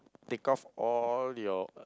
take off all your